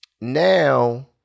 Now